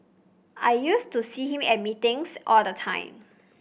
I used to see him at meetings all the time